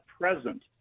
present